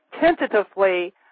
tentatively